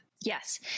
Yes